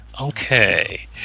Okay